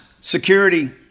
Security